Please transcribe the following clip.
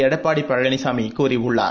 எடப்பாடி பழனிசாமி கூறியுள்ளார்